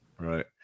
Right